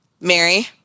Mary